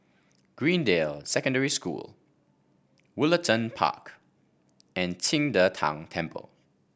Greendale Secondary School Woollerton Park and Qing De Tang Temple